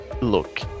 look